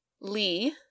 Lee